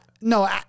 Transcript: No